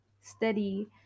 steady